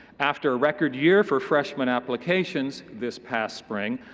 after a record year for freshmen applications this past spring,